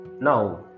Now